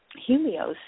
Helios